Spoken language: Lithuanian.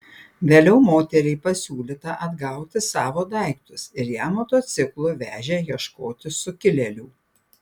vėliau moteriai pasiūlyta atgauti savo daiktus ir ją motociklu vežė ieškoti sukilėlių